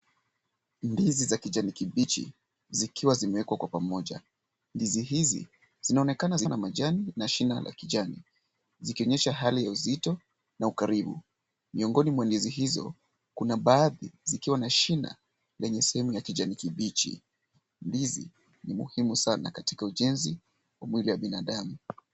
Ndizi za kijani kibichi, zikiwa zimekwa kwa pamoja. Ndizi hizi zina onekana saza majani na shina la kijani. Zikionyesha hali ya uzito na ukarimu. Miongoni mwa ndizi hizo kuna baadhi zikiwa na shina lenye sehemu ya kijani kibichi, ndizi ni muhimu sana katika ujenzi wa mwili wa binadamu.